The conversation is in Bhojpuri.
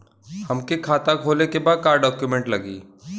हमके खाता खोले के बा का डॉक्यूमेंट लगी?